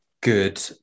good